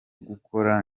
gukora